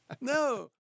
No